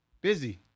busy